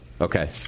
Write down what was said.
Okay